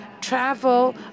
travel